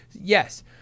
Yes